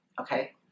Okay